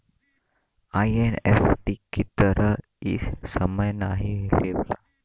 NEFT की तरह इ समय नाहीं लेवला